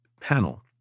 panel